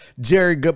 Jerry